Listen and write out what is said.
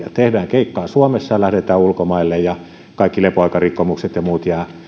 keikkaa suomessa ja lähdetään ulkomaille ja kaikki lepoaikarikkomukset ja muut